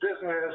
business